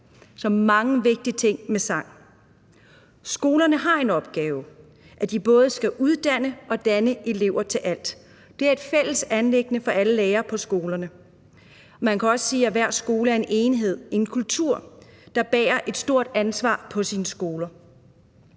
er mange vigtige ting i forhold til sang. Skolerne har den opgave, at de både skal uddanne og danne elever til alt. Det er et fælles anliggende for alle lærere på skolerne. Man kan også sige, at hver skole er en enhed, en kultur, og man bærer et stort ansvar på skolerne.